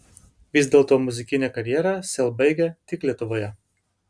vis dėlto muzikinę karjerą sel baigia tik lietuvoje